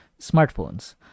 smartphones